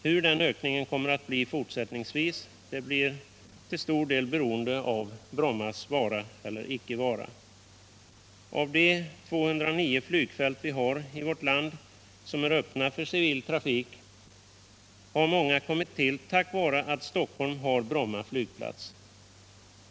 Hur den ökningen kommer att bli fortsättningsvis blir till stor del beroende av Brommas vara eller icke vara. Av de 209 flygfält i vårt land som är öppna för civil trafik har många kommit till tack vare att Stockholm har Bromma flygplats.